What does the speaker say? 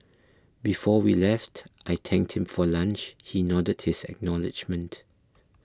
before we left I thanked him for lunch he nodded his acknowledgement